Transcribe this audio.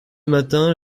matin